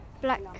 Black